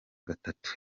gatatu